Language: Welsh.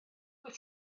wyt